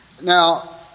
Now